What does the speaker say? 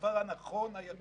הדבר הנכון היחיד,